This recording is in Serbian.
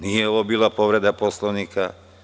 Nije ovo bila povreda Poslovnika.